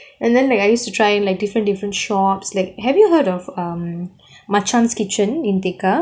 and then like I used to try in like different different shops like have you heard of machan's kitchen in tekka